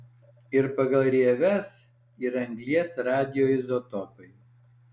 ir pagal rieves ir anglies radioizotopai